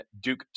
Duke